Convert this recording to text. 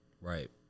right